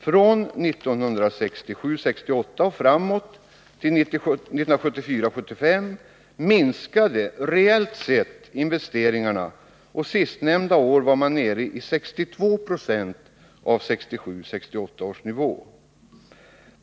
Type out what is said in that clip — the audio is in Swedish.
Från 1967 75 minskade reellt sett investeringarna, och sistnämnda år var man nere i 62 0 av 1967/68 års nivå.